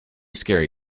scary